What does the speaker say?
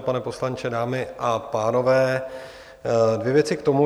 Pane poslanče, dámy a pánové, dvě věci k tomu.